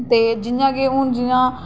ते जि'यां गै हून जि'यां